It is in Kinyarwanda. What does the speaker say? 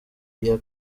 libya